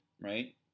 right